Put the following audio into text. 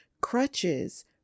crutches